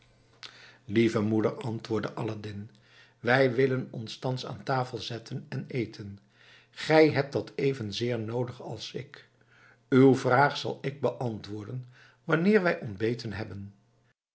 lieve moeder antwoordde aladdin wij willen ons thans aan tafel zetten en eten gij hebt dat evenzeer noodig als ik uw vraag zal ik beantwoorden wanneer wij ontbeten hebben